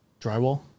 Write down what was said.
Drywall